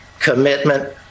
commitment